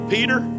Peter